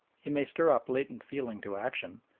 he may stir up latent feeling to action,